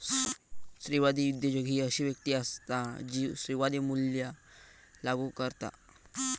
स्त्रीवादी उद्योजक ही अशी व्यक्ती असता जी स्त्रीवादी मूल्या लागू करता